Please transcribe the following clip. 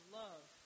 love